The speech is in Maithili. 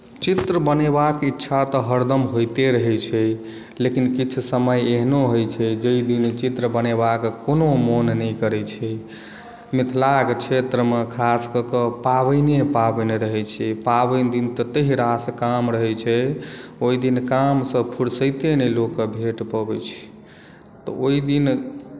चित्र बनेबाक इच्छा तऽ हरदम होइते रहै छै लेकिन किछु समय एहनो होइ छै जाहि दिन चित्र बनेबाक कोनो मन नहि करै छै मिथिलाके क्षेत्रमे खास कऽ कऽ पाबनि पाबनि रहै छै पाबनि दिन तऽ ततेक रास काज रहै छै ओहि दिन काम सँ फुर्सते नहि लोककेॅं भेट पबै छै तऽ ओहि दिन